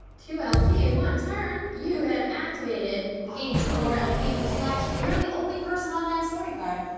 two lp in one turn, you have activated the game two or more lp from a single action, you're the only person on that story card.